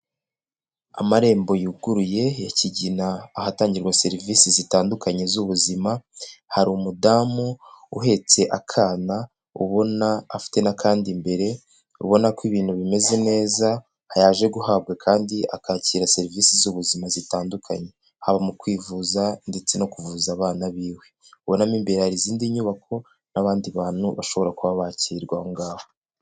Amarembo yuguruye ya Kigina, ahatangirwa serivisi zitandukanye z'ubuzima, hari umudamu uhetse akana ubona afite n'akandi imbere, ubona ko ibintu bimeze neza, yaje guhabwa kandi akakira serivisi z'ubuzima zitandukanye, haba mu kwivuza ndetse no kuvuza abana biwe, ubona mu imbere hari izindi nyubako n'abandi bantu bashobora kuba bakirwa aho ngaho.